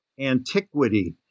antiquity